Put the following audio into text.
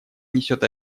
несет